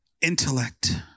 intellect